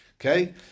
Okay